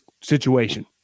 situation